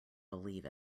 believe